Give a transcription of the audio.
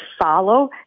follow